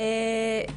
אוקי.